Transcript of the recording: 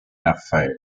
raffaello